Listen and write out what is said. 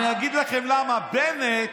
אני אגיד לכם למה: בנט